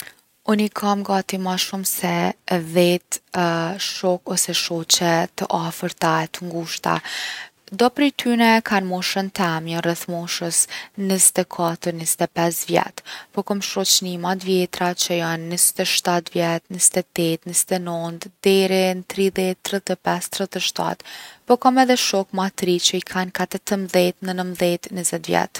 Unë i kom gati ma shumë se 10 shokë ose shoqe të afërta e t’ngushta. Do prej tyne e kan moshën tem, jon rreth moshës 24, 25 vjet. Po kom shoqni ma t’vjetra që jon 27 vjet, 28, 29 deri n’30, 35, 37. Po kom edhe shok ma t’ri që i kan ka 18, 19, 20 vjet.